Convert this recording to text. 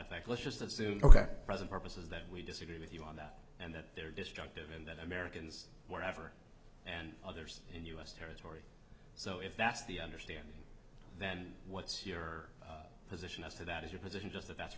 effect let's just assume ok present purposes that we disagree with you on that and that they're destructive and that americans whatever and others in u s territory so if that's the understanding then what's your position as to that is your position just th